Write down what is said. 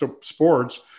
sports